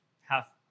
half